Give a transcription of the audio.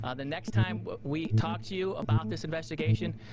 ah the next time we talk to you about this investigation.